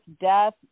death